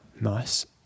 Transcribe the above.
Nice